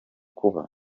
kuba